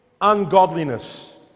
ungodliness